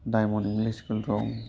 diamond English school दं